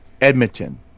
Edmonton